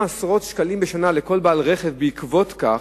עשרות שקלים בשנה לכל בעל רכב בעקבות זאת,